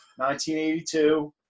1982